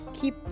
keep